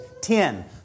Ten